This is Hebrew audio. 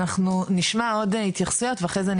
אנחנו נשמע עוד התייחסויות ואחרי זה אני